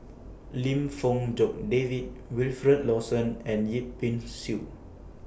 Lim Fong Jock David Wilfed Lawson and Yip Pin Xiu